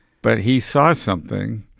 but he saw something.